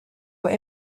were